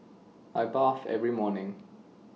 I bath every morning